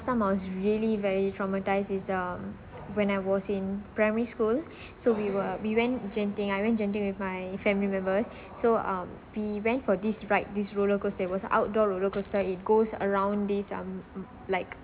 some of really very traumatised is um when I was in primary school so we were we went genting I went genting with my family members so um we went for this right this roller coaster it was outdoor roller coaster it goes around these um mm like